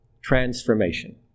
transformation